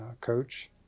coach